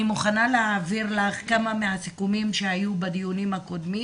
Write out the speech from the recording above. אני מוכנה להעביר לך כמה מהסיכומים שהיו בדיונים הקודמים.